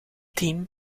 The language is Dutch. team